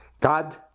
God